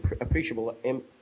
appreciable